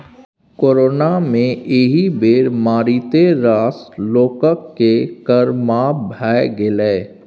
corona मे एहि बेर मारिते रास लोककेँ कर माफ भए गेलै